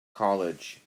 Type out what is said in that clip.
college